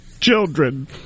children